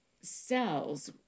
cells